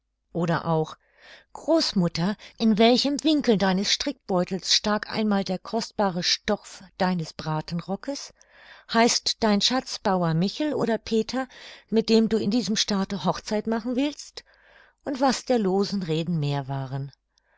oder auch großmutter in welchem winkel deines strickbeutels stak einmal der kostbare stoff deines bratenrockes heißt dein schatz bauer michel oder peter mit dem du in diesem staate hochzeit machen willst und was der losen reden mehr waren